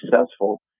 successful